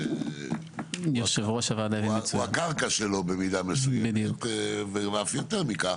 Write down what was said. הוא הקרקע שלו במידה מסוימת ואף יותר מכך,